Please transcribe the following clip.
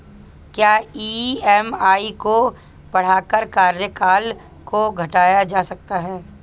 क्या ई.एम.आई को बढ़ाकर कार्यकाल को घटाया जा सकता है?